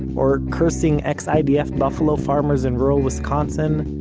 or cursing ex-idf buffalo farmers in rural wisconsin,